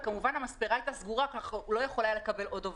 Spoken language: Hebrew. וכמובן המספרה הייתה סגורה והוא לא יכול היה לקבל עוד עובדים.